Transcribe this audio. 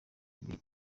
ibihe